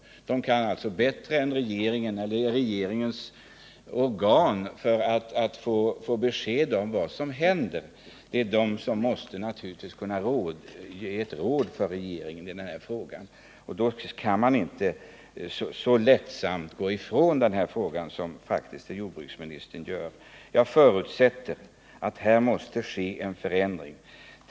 Naturvårdsverket kan alltså bättre än regeringen eller regeringens organ ge besked om vad som händer, och det är då naturligt att verket ger råd till regeringen i den här frågan, så att man inte så lätt kan gå ifrån dem som jordbruksministern här faktiskt gör. Jag förutsätter att det här måste bli en förändring.